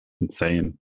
insane